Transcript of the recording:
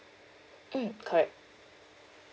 mm correct